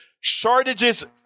shortages